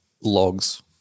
logs